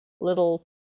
little